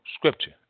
scripture